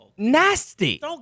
Nasty